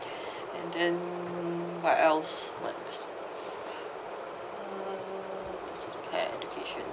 and then what else what else uh education